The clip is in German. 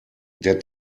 der